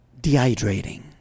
dehydrating